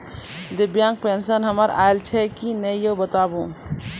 दिव्यांग पेंशन हमर आयल छै कि नैय बताबू?